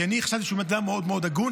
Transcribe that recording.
כי אני חשבתי שהוא בן אדם מאוד מאוד הגון,